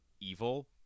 evil